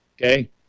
Okay